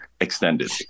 extended